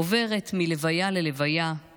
עוברת מלוויה ללוויה,